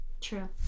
True